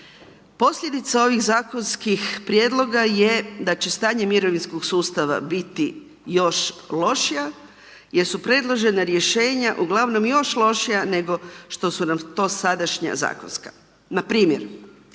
Posljedica ovih zakonskih prijedloga je da će stanje mirovinskog sustava biti još lošija, jer su predložena rješenja, ugl. još lošija nego što su nam to sadašnja zakonska.